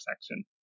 section